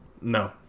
No